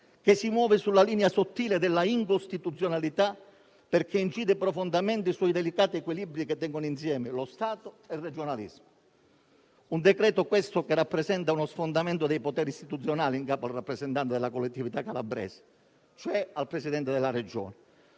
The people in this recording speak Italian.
si muove sulla linea sottile dell'incostituzionalità, perché incide profondamente sui delicati equilibri che tengono insieme lo Stato e il regionalismo. Quello in esame è un decreto-legge che rappresenta uno sfondamento dei poteri istituzionali in capo al rappresentante della collettività calabrese, cioè al Presidente della Regione;